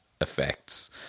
effects